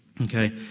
okay